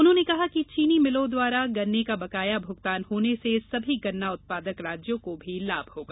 उन्होंने कहा कि चीनी मिलों द्वारा गन्ने का बकाया भुगतान होने से सभी गन्ना उत्पादक राज्यों को भी लाभ होगा